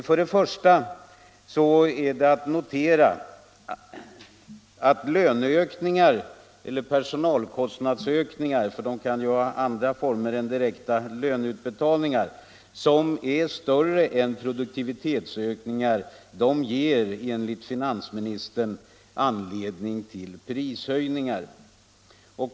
Först och främst kan det noteras att löneökningar — eller personalökningar, för det finns ju andra former än direkta löneutbetalningar — som är större än produktivitetsökningen ger enligt finansministern anledning till prishöjningar.